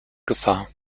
gefahr